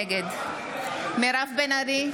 נגד מירב בן ארי,